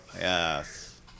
yes